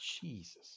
Jesus